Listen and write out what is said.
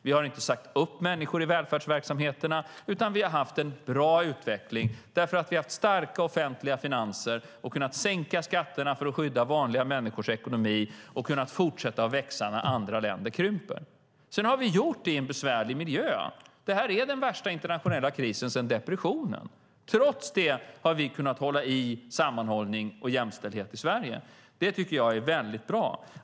Vi har inte sagt upp människor i välfärdsverksamheterna, utan vi har haft en bra utveckling därför att vi har haft starka offentliga finanser. Vi har kunnat sänka skatterna för att skydda vanliga människors ekonomi, och vi har kunnat fortsätta växa när andra länder krymper. Sedan har vi gjort det i en besvärlig miljö; det här är den värsta internationella krisen sedan depressionen. Trots det har vi kunnat hålla i sammanhållning och jämställdhet i Sverige. Det tycker jag är väldigt bra.